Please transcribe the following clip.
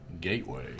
Gateway